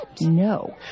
No